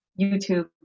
YouTube